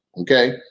Okay